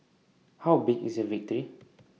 how big is the victory